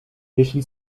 jeśli